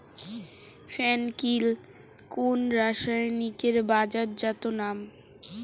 ফেন কিল কোন রাসায়নিকের বাজারজাত নাম?